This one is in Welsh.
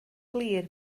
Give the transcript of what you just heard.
glir